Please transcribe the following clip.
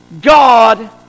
God